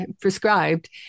prescribed